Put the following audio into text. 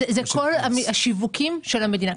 זה כל השיווקים של המדינה.